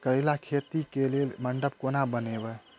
करेला खेती कऽ लेल मंडप केना बनैबे?